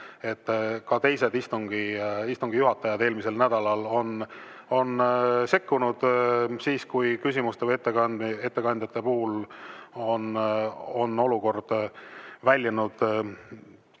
Ka teised istungi juhatajad eelmisel nädalal sekkusid siis, kui küsimuste või [ettekannete] puhul olukord väljus